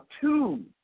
two